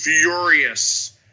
furious